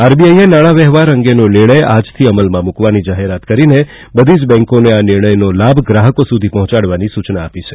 આઈબીઆઈએ નાણાં વ્યવહાર અંગેનો નિર્ણય આજથી અમલમાં મૂકવાની જાહેરાત કરીને બધી જ બેંકોને આ નિર્ણયનો લાભ ગ્રાહકો સુધી પહોંચાડવાની સૂચના આપી છે